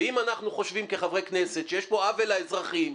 ואם אנחנו חושבים כחברי כנסת שיש פה עוול לאזרחים,